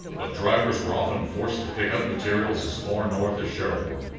but drivers were often forced to pick up materials as far north as cherbourg.